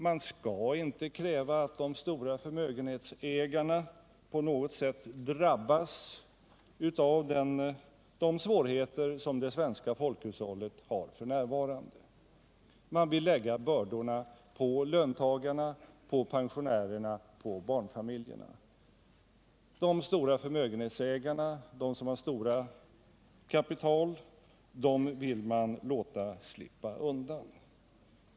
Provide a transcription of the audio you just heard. Man skall inte kräva att de stora förmögenhetsägarna på något sätt drabbas av de svårigheter som det svenska folkhushållet har f. n. Man vill lägga bördorna på löntagarna, på pensionärerna, på barnfamiljerna. De stora förmögenhetsägarna vill man låta smita undan.